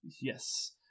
Yes